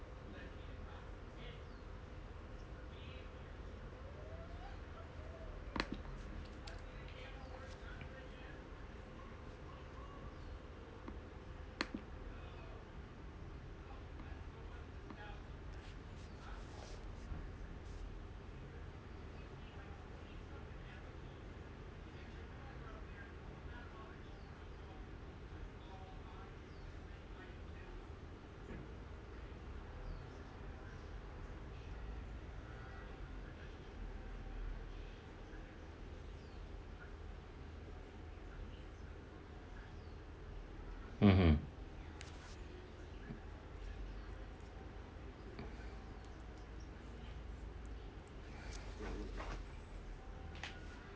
mmhmm